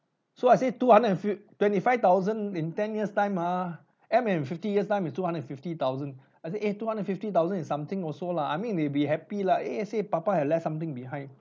so I said two hundred and fif~ twenty five thousand in ten years time ah end up in fifty years time is two hundred and fifty thousand I said eh two hundred and fifteen thousand is something also lah I mean they will be happy lah !wahseh! papa had left something behind